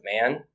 man